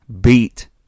beat